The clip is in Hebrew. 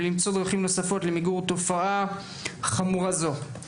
ולמצוא דרכים נוספות למיגור תופעה חמורה זו.